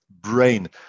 brain